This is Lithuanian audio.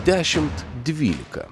dešimt dvylika